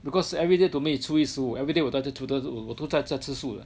because everyday to me is 初一十五 everyday 我都都都都都都在吃素了